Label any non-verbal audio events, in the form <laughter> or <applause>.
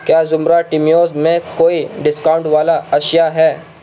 کیا زمرہ <unintelligible> میں کوئی ڈسکاؤنٹ والا اشیا ہے